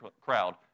crowd